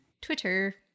Twitter